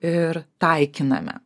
ir taikiname